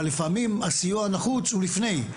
אבל לפעמים הסיוע הנחוץ הוא לפני.